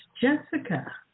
Jessica